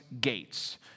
gates